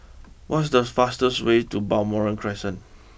what's this fastest way to Balmoral Crescent